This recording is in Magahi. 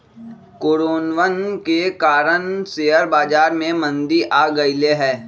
कोरोनवन के कारण शेयर बाजार में मंदी आ गईले है